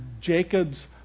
Jacob's